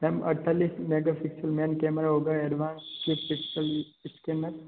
ma'am अड़तालीस megapixel ma'am camera होगा advance three pixel scanner